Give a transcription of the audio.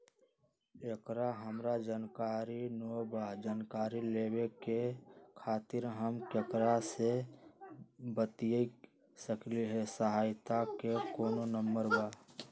एकर हमरा जानकारी न बा जानकारी लेवे के खातिर हम केकरा से बातिया सकली ह सहायता के कोनो नंबर बा?